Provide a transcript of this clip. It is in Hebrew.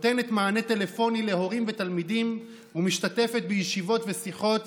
נותנת מענה טלפוני להורים ולתלמידים ומשתתפת בישיבות ושיחות